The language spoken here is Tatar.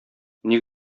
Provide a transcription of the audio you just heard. ник